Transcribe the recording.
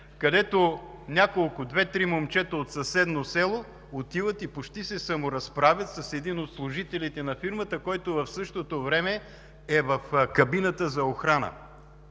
при който две-три момчета от съседно село отиват и почти се саморазправят с един от служителите на фирмата, който в същото време е в кабината за охрана.